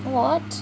what